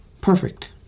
perfect